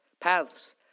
paths